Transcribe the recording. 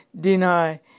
deny